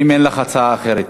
אם אין לך הצעה אחרת.